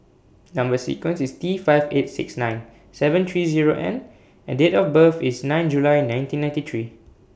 Number sequence IS T five eight six nine seven three Zero N and Date of birth IS nine July nineteen ninety three